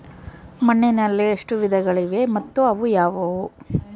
ಮಣ್ಣಿನಲ್ಲಿ ಎಷ್ಟು ವಿಧಗಳಿವೆ ಮತ್ತು ಅವು ಯಾವುವು?